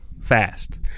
fast